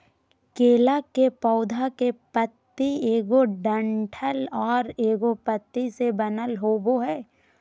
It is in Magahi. केला के पौधा के पत्ति एगो डंठल आर एगो पत्ति से बनल होबो हइ